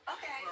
Okay